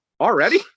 Already